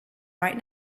right